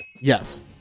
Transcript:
Yes